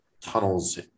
tunnels